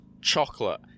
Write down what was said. Chocolate